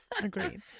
Agreed